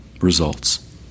results